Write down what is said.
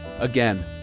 again